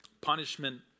Punishment